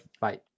Bye